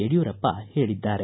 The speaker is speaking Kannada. ಯಡ್ಯೂರಪ್ಪ ಹೇಳಿದ್ದಾರೆ